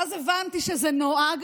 ואז הבנתי שזה נוהג